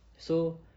so